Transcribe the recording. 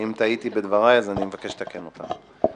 אם טעיתי בדבריי, אז אני מבקש לתקן אותם.